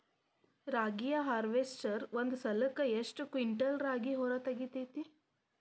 ರಾಗಿಯ ಹಾರ್ವೇಸ್ಟರ್ ಒಂದ್ ಸಲಕ್ಕ ಎಷ್ಟ್ ಕ್ವಿಂಟಾಲ್ ರಾಗಿ ಹೊರ ತೆಗಿತೈತಿ?